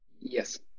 Yes